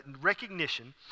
recognition